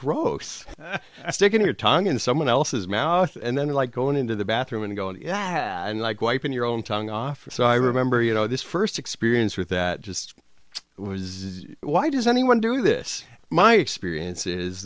gross sticking your tongue in someone else's mouth and then like going into the bathroom and go and yeah i'm like wiping your own tongue off so i remember you know this first experience with that just was is why does anyone do this my experience is